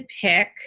pick